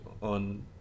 on